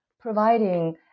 providing